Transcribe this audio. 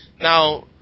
now